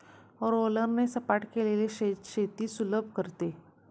रोलरने सपाट केलेले शेत शेती सुलभ करते